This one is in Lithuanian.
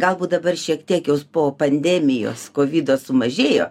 galbūt dabar šiek tiek jaus po pandemijos kovido sumažėjo